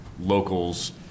locals